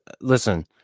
listen